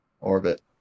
orbit